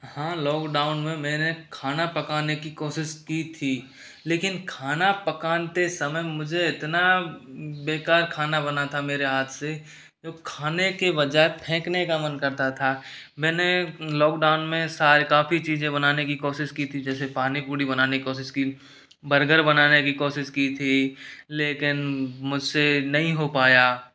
हाँ लॉकडाउन में मैंने खाना पकाने की कोशिश की थी लेकिन खाना पकाते समय मुझे इतना बेकार खाना बना था मेरे हाथ से खाने की बजाय फेंकने का मन करता था मेंने लॉकडाउन में सारी काफ़ी चीज़ें बनाने की कोशिश की थी जैसे पानी पूरी बनाने की कोशिश की बर्गर बनाने की कोशिश की थी लेकिन मुझसे नहीं हो पाया